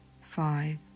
Five